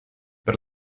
per